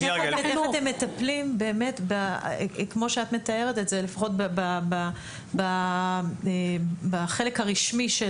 איך אתם מטפלים, כמו שאת מתארת את זה בחלק הרשמי,